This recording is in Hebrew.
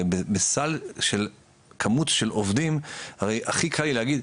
הרי בסל של כמות של עובדים הרי הכי קל לי להגיד,